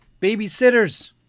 babysitters